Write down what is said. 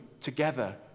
together